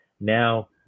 Now